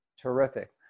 Terrific